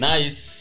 Nice